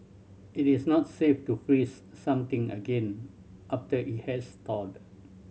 it is not safe to freeze something again after it has thawed